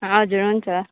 हजुर हुन्छ